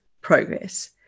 progress